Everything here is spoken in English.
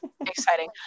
exciting